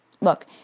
Look